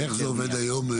איך זה עובד היום?